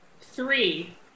Three